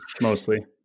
mostly